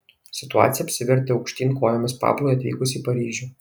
situacija apsivertė aukštyn kojomis pablui atvykus į paryžių